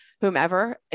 whomever